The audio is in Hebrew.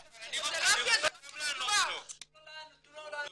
רישום תרופה לטיפול במחלה מסוימת בלי שהוכח שזה בטוח -- יש מחקרים.